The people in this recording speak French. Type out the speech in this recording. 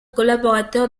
collaborateur